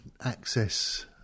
access